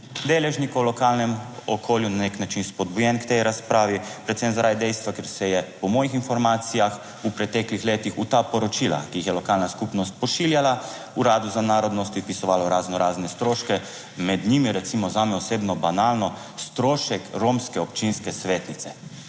deležnikov v lokalnem okolju na nek način spodbujen k tej razpravi predvsem zaradi dejstva, ker se je po mojih informacijah v preteklih letih v ta poročila, ki jih je lokalna skupnost pošiljala uradu za narodnosti vpisovalo razno razne stroške. Med njimi je recimo zame osebno banalno, strošek romske občinske svetnice,